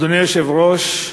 אדוני היושב-ראש,